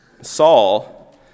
Saul